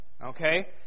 Okay